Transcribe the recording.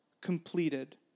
completed